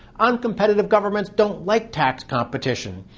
uncompetitive governments don't like tax competition,